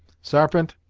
sarpent,